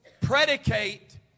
predicate